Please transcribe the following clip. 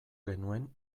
genuen